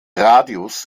radius